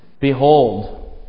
Behold